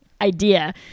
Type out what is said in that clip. idea